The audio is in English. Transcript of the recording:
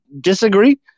disagree